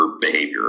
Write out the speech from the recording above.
behavior